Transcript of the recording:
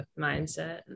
mindset